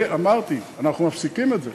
זה, אמרתי, אנחנו מפסיקים את זה.